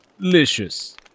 Delicious